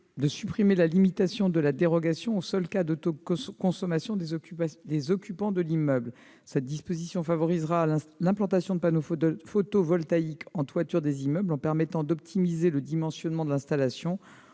de supprimer la limitation de la dérogation aux seuls cas d'autoconsommation des occupants de l'immeuble. Cette disposition favorisera l'implantation de panneaux photovoltaïques en toiture des immeubles en permettant d'optimiser le dimensionnement de l'installation